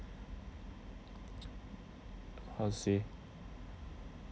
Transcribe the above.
how to say